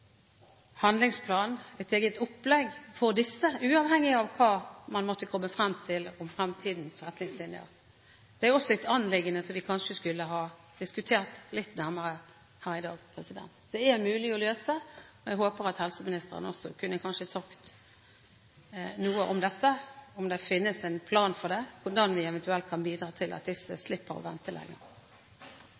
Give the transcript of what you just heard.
handlingsplan, et eget opplegg for disse, uavhengig av hva man måtte komme frem til om fremtidens retningslinjer? Det er også et anliggende som vi kanskje skulle ha diskutert litt nærmere her i dag. Det er mulig å løse, og jeg håper at helseministeren kanskje kan si noe om dette – om det finnes en plan for det, og hvordan vi eventuelt kan bidra til at disse slipper å vente